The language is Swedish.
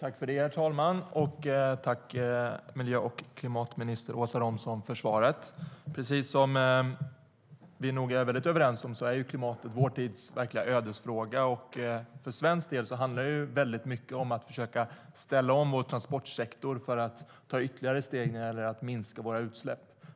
Herr talman! Jag tackar klimat och miljöminister Åsa Romson för svaret. Vi är nog överens om att klimatet är vår tids verkliga ödesfråga. För svensk del handlar det mycket om att försöka ställa om vår transportsektor för att ta ytterligare steg i syfte att minska våra utsläpp.